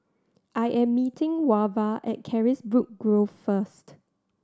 I am meeting Wava at Carisbrooke Grove first